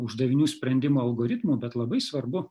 uždavinių sprendimo algoritmo algoritmų bet labai svarbu